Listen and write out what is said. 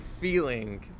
feeling